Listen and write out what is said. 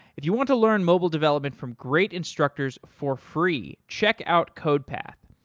if you want to learn mobile development from great instructors for free, check out codepath.